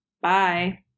Bye